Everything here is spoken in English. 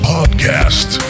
Podcast